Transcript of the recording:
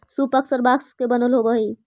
सूप पअक्सर बाँस के बनल होवऽ हई